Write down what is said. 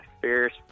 fierce